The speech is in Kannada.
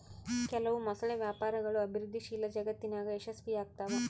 ಕೆಲವು ಮೊಸಳೆ ವ್ಯಾಪಾರಗಳು ಅಭಿವೃದ್ಧಿಶೀಲ ಜಗತ್ತಿನಾಗ ಯಶಸ್ವಿಯಾಗ್ತವ